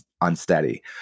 unsteady